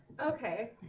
Okay